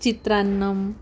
चित्रान्नं